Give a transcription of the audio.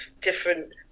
different